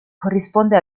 corrisponde